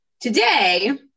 today